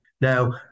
Now